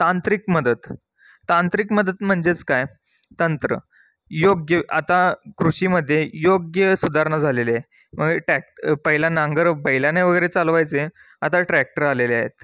तांत्रिक मदत तांत्रिक मदत म्हणजेच काय तंत्र योग्य आता कृषीमध्ये योग्य सुधारणा झालेलेय मग टॅक्ट पहिला नांगर बैलाने वगैरे चालवायचे आता ट्रॅक्टर आलेले आहेत